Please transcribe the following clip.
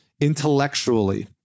intellectually